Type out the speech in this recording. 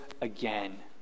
again